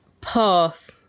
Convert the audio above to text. path